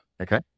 Okay